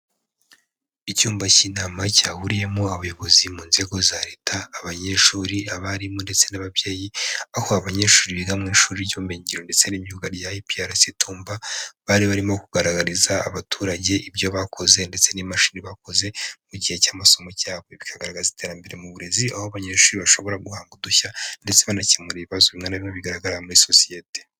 Icyumba cy'inama cyahuriyemo abayobozi mu nzego za leta, abanyeshuri, abarimu ndetse n'ababyeyi, aho abanyeshuri biga mu ishuri ry'ubumenyingiro ndetse n'imyuga rya IPRC Tumba, bari barimo kugaragariza abaturage ibyo bakoze ndetse n'imashini bakoze mu gihe cy'amasomo cyabo. Bikagaragaza iterambere mu burezi, aho abanyeshuri bashobora guhanga udushya ndetse banakemura ibibazo bimwe na bimwe bigaragara muri sosiyete.